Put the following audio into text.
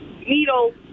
needle